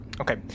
Okay